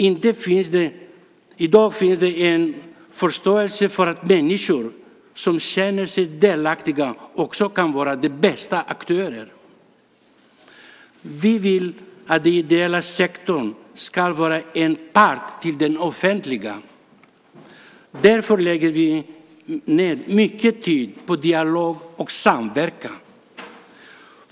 I dag finns det en förståelse för att människor som känner sig delaktiga också kan vara de bästa aktörerna. Vi vill att den ideella sektorn ska vara en part till det offentliga. Därför lägger vi ned mycket tid på dialog och samverkan.